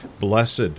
Blessed